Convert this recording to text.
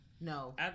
No